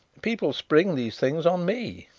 people spring these things on me.